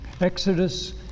Exodus